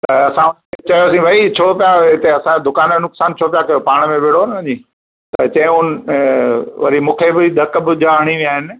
त असां उन्हनि खे चयोसीं भई छो पिया हिते असांजे दुकान जो नुक़सान छो पिया कयो पाण में विढ़ो न वञी त चयूं वरी मूंखे बि धक भुजा हणी विया आहिनि